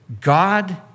God